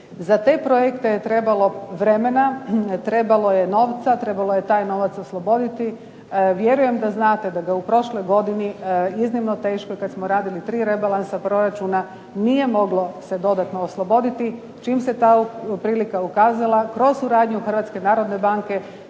Za te projekte je trebalo vremena, trebalo je novca, trebalo je taj novac osloboditi. Vjerujem da znate da ga u prošloj godini iznimno teško i kad smo radili tri rebalansa proračuna nije moglo se dodatno osloboditi. Čim se ta prilika ukazala, kroz suradnju Hrvatske narodne banke,